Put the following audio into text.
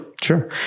Sure